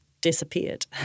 disappeared